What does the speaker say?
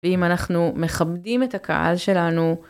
ואם אנחנו מכבדים את הקהל שלנו.